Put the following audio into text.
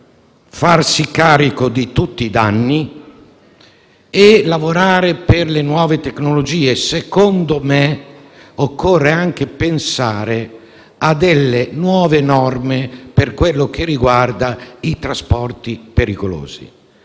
farsi carico di tutti i danni e lavorare per le nuove tecnologie, ma secondo me occorre anche pensare a nuove norme per quello che riguarda i trasporti pericolosi.